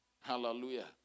Hallelujah